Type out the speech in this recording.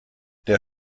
der